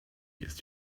ist